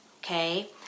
Okay